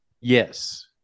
yes